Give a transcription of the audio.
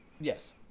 Yes